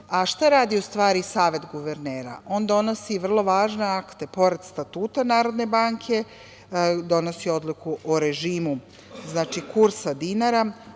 radi u stvari Savet guvernera? On donosi vrlo važne akte. Pored statuta Narodne banke, donosi odluku o režimu kursa dinara,